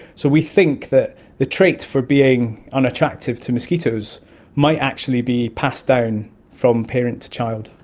so we think that the trait for being unattractive to mosquitoes might actually be passed down from parent to child.